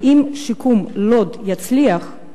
אם שיקום לוד יצליח,